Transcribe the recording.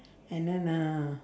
and then uh